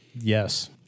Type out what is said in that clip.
Yes